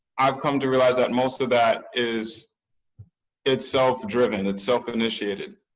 i've come to realize that most of that is it's self-driven, it's self-initiated.